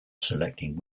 selecting